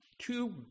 Two